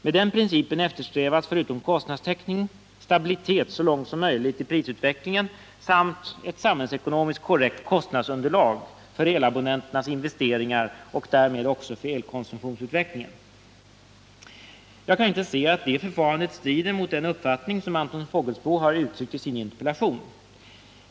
Med denna princip eftersträvas, förutom kostnadstäckning, stabilitet så långt möjligt i elprisutvecklingen samt ett samhällsekonomiskt korrekt kostnadsunderlag för elabonnenternas investeringar och därmed för elkonsumtionsutvecklingen. Jag kan inte se att detta förfarande strider mot den uppfattning Anton Fågelsbo har uttryckt i sin interpellation.